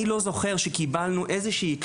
אני לא זוכר שהמל"ג קיבל תלונה,